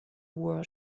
world